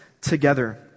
together